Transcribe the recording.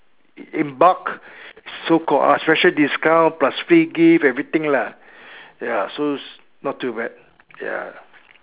in bulk so got ah special discount plus free gift everything lah ya so not too bad ya